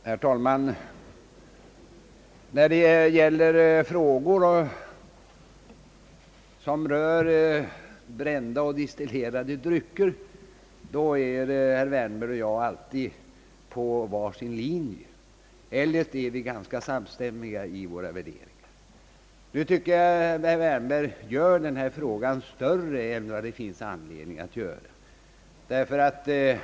Herr talman! När det gäller frågor som rör brända och destillerade drycker följer herr Wärnberg och jag alltid var sin linje. Eljest är vi ganska samstämmiga i våra uppfattningar. Jag tycker att herr Wärnberg nu gör denna fråga större än det finns anledning till.